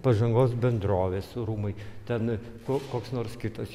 pažangos bendrovės rūmai ten ko koks nors kitas